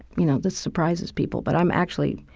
you know, this surprises people, but i'm actually